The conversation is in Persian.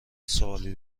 سوالی